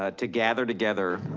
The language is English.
ah to gather together,